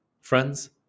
Friends